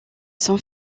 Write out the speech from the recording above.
son